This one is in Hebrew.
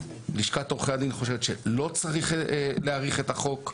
לשכת עורכי הדין לא חושבת שצריך להאריך את החוק.